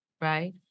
right